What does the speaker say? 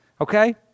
okay